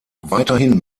weiterhin